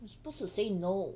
you're supposed to say no